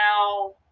now